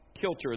kilter